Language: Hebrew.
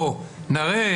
או נראה,